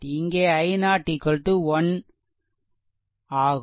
இங்கே i0 1 ஆகும்